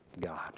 God